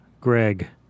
Greg